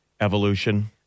evolution